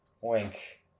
wink